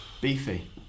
Beefy